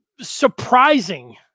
surprising